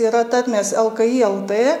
yra tarmės lki lt